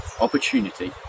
opportunity